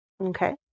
Okay